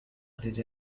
added